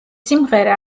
სიმღერა